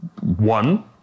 one